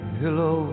hello